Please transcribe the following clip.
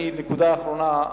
נקודה אחרונה,